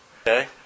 okay